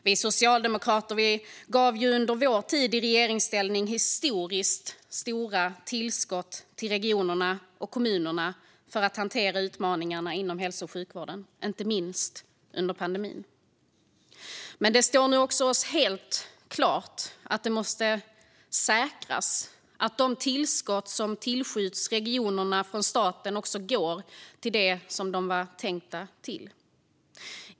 Vi socialdemokrater gav under vår tid i regeringsställning historiskt stora tillskott till regionerna och kommunerna för att hantera utmaningarna inom hälso och sjukvården, inte minst under pandemin. Men det står nu helt klart att det måste säkras att de tillskott som tillskjuts regionerna från staten också går till det som de var tänkta till.